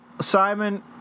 Simon